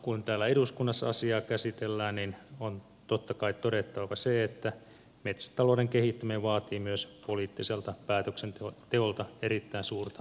kun täällä eduskunnassa asiaa käsitellään niin on totta kai todettava se että metsätalouden kehittyminen vaatii myös poliittiselta päätöksenteolta erittäin suurta vakautta